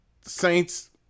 Saints